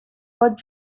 pot